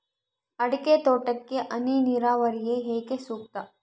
ಅಡಿಕೆ ತೋಟಕ್ಕೆ ಹನಿ ನೇರಾವರಿಯೇ ಏಕೆ ಸೂಕ್ತ?